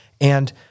And-